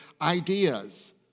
ideas